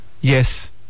Yes